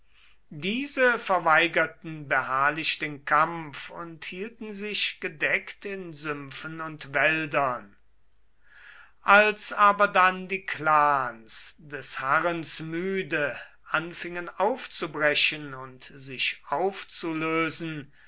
diese verweigerten beharrlich den kampf und hielten sich gedeckt in sümpfen und wäldern als aber dann die clans des harrens müde anfingen aufzubrechen und sich aufzulösen